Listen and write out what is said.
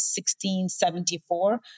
1674